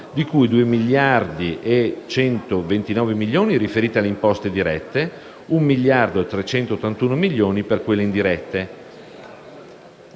di cui 2 miliardi e 129 milioni riferite alle imposte dirette e 1 miliardo e 381 milioni per quelle indirette